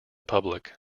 public